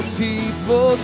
people